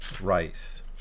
Rice